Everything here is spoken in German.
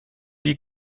die